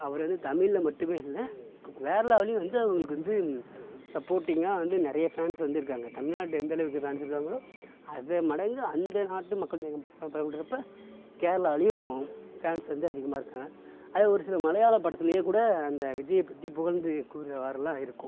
அவர் வந்து தமிழ்ல மட்டுமே இல்லை கேரளாவிலேயும் வந்து அவருக்கு வந்து சப்போர்ட்டிங்காக வந்து நிறைய ஃபேன்ஸ் வந்து இருக்காங்கள் தமிழ்நாட்டில் எந்த அளவுக்கு ஃபேன்ஸ் இருக்காங்களோ அதே மடங்கு அந்த நாட்டு மக்கள் தொகை கேரளாலயும் ஃபேன்ஸ் வந்து அதிகமாக இருக்காங்கள் அதுவும் ஒரு சில மலையாள படத்திலேயே கூட அந்த விஜயை பற்றி புகழ்ந்து கூர்றவாறெல்லாம் இருக்கும்